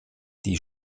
die